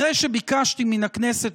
אחרי שביקשתי מן הכנסת,